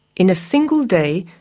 in a single day,